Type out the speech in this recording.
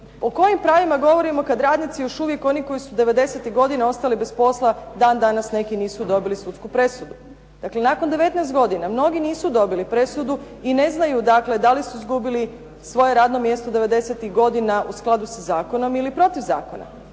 o kojim pravima govorimo kad radnici još uvijek oni koji su devedesetih godina ostali bez posla dan danas neki nisu dobili sudsku presudu. Dakle, nakon 19 godina mnogi nisu dobili presudu i ne znaju dakle da li su izgubili svoje radno mjesto devedesetih zakona u skladu sa zakonom ili protiv zakona.